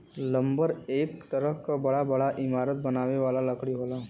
lumber एक तरह क बड़ा बड़ा इमारत बनावे वाला लकड़ी होला